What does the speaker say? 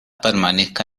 permanezca